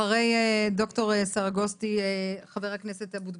אחרי ד"ר סרגוסטי חבר הכנסת אבוטבול.